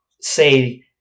say